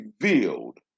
revealed